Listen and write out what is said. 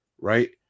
right